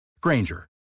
Granger